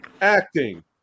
acting